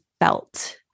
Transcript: felt